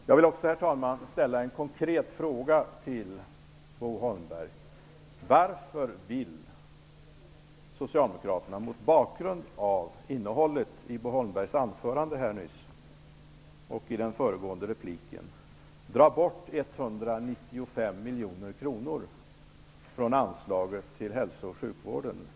Jag vill också, herr talman, ställa en konkret fråga till Bo Holmberg, mot bakgrund av innehållet i hans anförande och replik: Varför vill Socialdemokraterna dra bort 195 miljoner från anslaget till hälso och sjukvården?